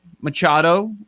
Machado